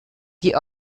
die